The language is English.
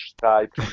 type